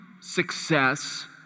success